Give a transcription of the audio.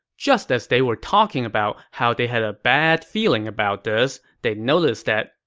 just as they were talking about how they had a bad feeling about this, they noticed that,